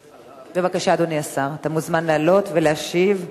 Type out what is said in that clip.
בבקשה, אדוני השר, אתה מוזמן לעלות ולהשיב בנושא: